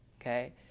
Okay